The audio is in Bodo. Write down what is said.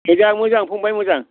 मोजां मोजां फंबाय मोजां